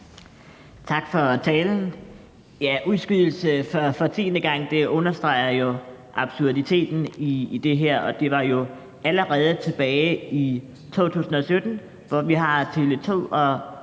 Tak for talen. Ja, udskydelse for tiende gang understreger jo absurditeten i det her. Det var jo allerede tilbage i 2017, hvor vi har